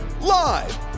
Live